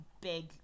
big